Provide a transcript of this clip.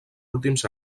últims